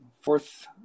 fourth